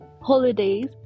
holidays